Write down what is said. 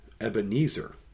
Ebenezer